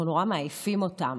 אנחנו נורא מעייפים אותם.